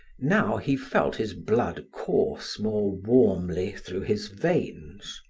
now he felt his blood course more warmly through his veins.